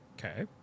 Okay